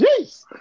Jeez